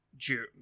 june